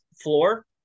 floor